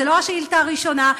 זו לא השאילתה הראשונה,